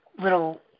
little